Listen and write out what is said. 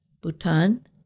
Bhutan